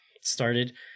started